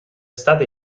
state